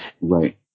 Right